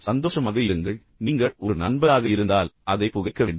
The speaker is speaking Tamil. சந்தோஷமாக இருங்கள் நீங்கள் ஒரு நண்பராக இருந்தால் அதை புகைக்க வேண்டும்